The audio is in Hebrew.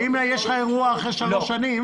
זה למצב שאם יהיה לך אירוע אחרי שלוש שנים